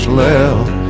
left